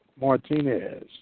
Martinez